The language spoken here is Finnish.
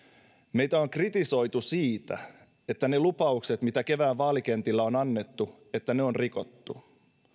meitä on kritisoitu siitä että ne lupaukset mitä kevään vaalikentillä on annettu on rikottu